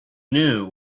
knew